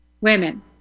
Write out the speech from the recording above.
women